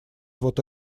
вот